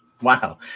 Wow